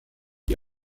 die